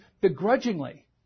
begrudgingly